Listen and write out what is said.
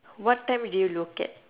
what time do you look at